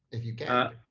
if you can.